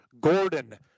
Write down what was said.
Gordon